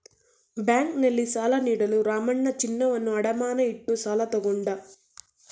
ಬ್ಯಾಂಕ್ನಲ್ಲಿ ಸಾಲ ನೀಡಲು ರಾಮಣ್ಣ ಚಿನ್ನವನ್ನು ಅಡಮಾನ ಇಟ್ಟು ಸಾಲ ತಗೊಂಡ